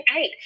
eight